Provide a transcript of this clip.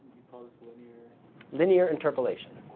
close linear linear interpolation.